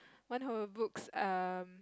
one whole books um